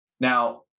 now